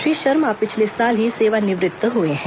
श्री शर्मा पिछले साल ही सेवानिवृत्त हुए हैं